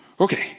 Okay